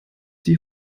die